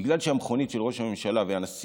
בגלל שהמכוניות של ראש הממשלה והנשיא